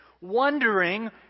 wondering